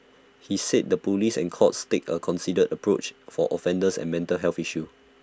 he said the Police and courts take A considered approach for offenders and mental health issues